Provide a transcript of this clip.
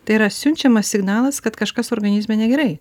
tai yra siunčiamas signalas kad kažkas organizme negerai